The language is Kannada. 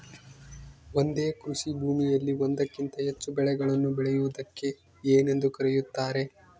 ಒಂದೇ ಕೃಷಿಭೂಮಿಯಲ್ಲಿ ಒಂದಕ್ಕಿಂತ ಹೆಚ್ಚು ಬೆಳೆಗಳನ್ನು ಬೆಳೆಯುವುದಕ್ಕೆ ಏನೆಂದು ಕರೆಯುತ್ತಾರೆ?